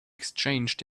exchanged